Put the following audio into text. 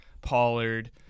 Pollard